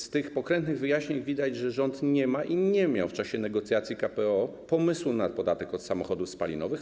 Z tych pokrętnych wyjaśnień wynika, że rząd nie ma i nie miał w czasie negocjacji KPO pomysłu na podatek od samochodów spalinowych.